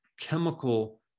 chemical